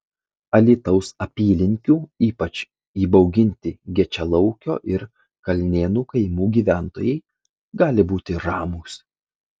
alytaus apylinkių ypač įbauginti gečialaukio ir kalnėnų kaimų gyventojai gali būti ramūs